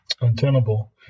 untenable